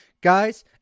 Guys